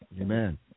Amen